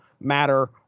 matter